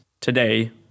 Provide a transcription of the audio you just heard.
today